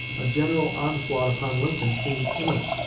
a general onslaught upon lincoln seemed imminent.